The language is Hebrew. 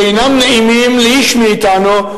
שאינם נעימים לאיש מאתנו,